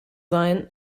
sein